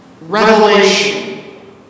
revelation